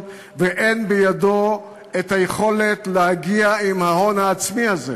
ואין בידו היכולת להגיע עם ההון העצמי הזה.